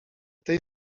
tej